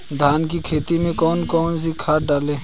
धान की खेती में कौन कौन सी खाद डालें?